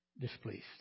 displeased